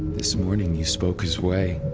this morning, you spoke as wei.